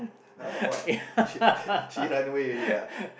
uh what she she run away already ah